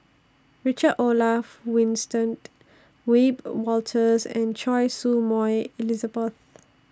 Richard Olaf Winstedt Wiebe Wolters and Choy Su Moi Elizabeth